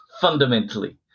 Fundamentally